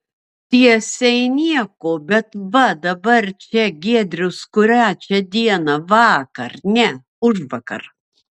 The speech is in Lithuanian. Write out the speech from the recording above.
tiesiai nieko bet va dabar čia giedrius kurią čia dieną vakar ne užvakar